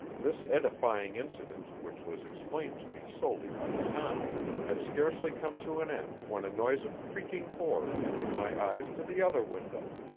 this edifying incident, which was explained to me solely by sound, had scarcely come to an end when a noise of creaking boards drew my eyes to the other window.